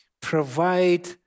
provide